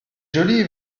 jolie